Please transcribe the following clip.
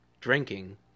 drinking